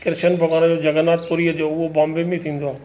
कृष्ण भॻवान जो जगननाथ पुरीअ जो उहो बॉम्बे में थींदो आहे